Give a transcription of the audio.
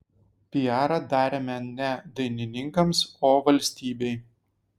piarą darėme ne dainininkams o valstybei